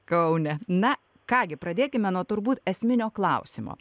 kaune na ką gi pradėkime nuo turbūt esminio klausimo